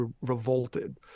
revolted